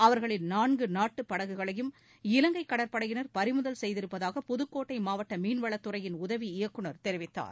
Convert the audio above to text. அவர்களின் நான்கு நாட்டு படகுகளையும் இலங்கை கடற்படையினர் பறிமுதல் செய்திருப்பதாக புதுக்கோட்டை மாவட்ட மீன்வளத் துறையின் உதவி இயக்குநர் தெரிவித்தார்